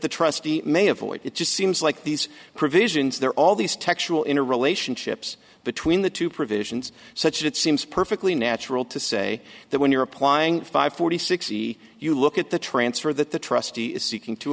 the trustee may avoid it just seems like these provisions there are all these textural in relationships between the two provisions such that it seems perfectly natural to say that when you're applying five forty six c you look at the transfer that the trustee is seeking to